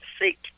seek